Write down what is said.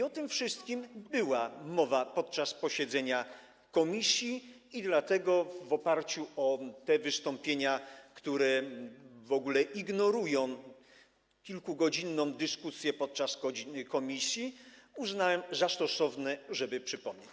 O tym wszystkim była mowa podczas posiedzenia komisji i dlatego w oparciu o te wystąpienia, które w ogóle ignorują kilkugodzinną dyskusję w komisji, uznałem za stosowne, żeby to przypomnieć.